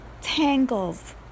tangles